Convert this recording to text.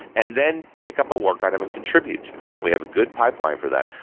and then pick up a work on them and contribute to it. we have a good pipeline for that.